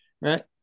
Right